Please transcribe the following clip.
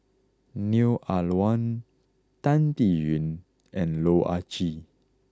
Neo Ah Luan Tan Biyun and Loh Ah Chee